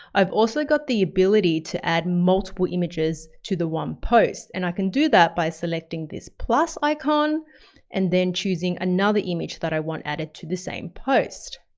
i've also got the ability to add multiple images to the one post, and i can do that by selecting this plus icon and then choosing another image that i want added to the same post,